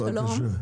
שלום.